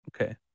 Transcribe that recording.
Okay